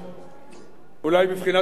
אולי בבחינת מזכרת עוון,